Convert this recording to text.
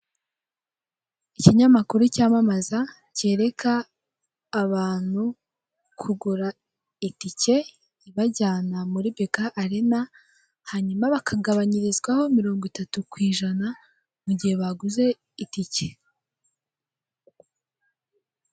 Ikinyamakuru cyamamaza cyereka abantu kugura itike ibajyana muri bk arena hanyuma bakagabanyirizwaho mirongo itatu kwijana mugihe baguze itike.